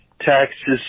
taxes